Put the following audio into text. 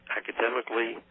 academically